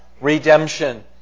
redemption